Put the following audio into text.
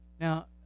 now